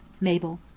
Mabel